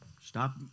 stop